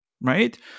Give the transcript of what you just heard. right